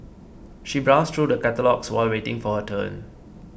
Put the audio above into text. she browsed through the catalogues while waiting for her turn